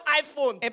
iPhone